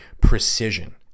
precision